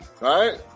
right